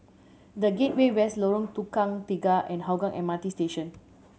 The Gateway West Lorong Tukang Tiga and Hougang M R T Station